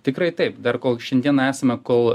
tikrai taip dar kol šiandieną esame kol